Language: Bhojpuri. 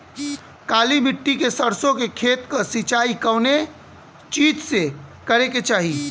काली मिट्टी के सरसों के खेत क सिंचाई कवने चीज़से करेके चाही?